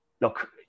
look